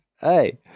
hey